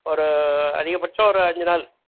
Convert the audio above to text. ஒரு அதிகபட்சம் ஒரு அஞ்சு நாள்